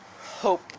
hope